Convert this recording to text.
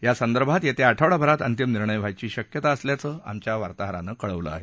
यासंदर्भात येत्या आठवडाभरात अंतिम निर्णय व्हायची शक्यता असल्याचं आमच्या वार्ताहरानं कळवल आहे